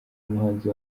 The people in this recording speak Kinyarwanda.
muhanzi